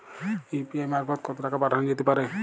UPI মারফত কত টাকা পাঠানো যেতে পারে?